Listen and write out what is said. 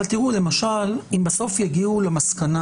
אבל תראו, למשל, אם בסוף יגיעו למסקנה